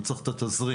הוא צריך את התזרים,